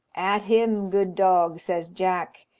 at him, good dog! says jack,